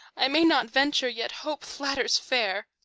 i may not venture, yet hope flatters fair!